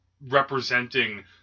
representing